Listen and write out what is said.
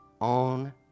on